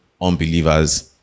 unbelievers